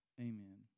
Amen